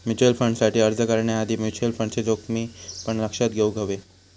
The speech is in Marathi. म्युचल फंडसाठी अर्ज करण्याआधी म्युचल फंडचे जोखमी पण लक्षात घेउक हवे